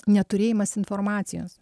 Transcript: neturėjimas informacijos